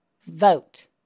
vote